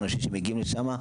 מה עם שר האנשים שמגיעים לשם?